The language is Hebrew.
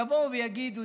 יבואו ויגידו,